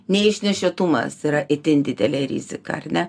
neišnešiotumas yra itin didelė rizika ar ne